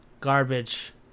garbage